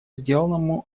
сделанному